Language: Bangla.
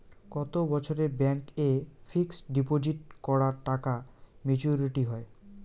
কত বছরে ব্যাংক এ ফিক্সড ডিপোজিট করা টাকা মেচুউরিটি হয়?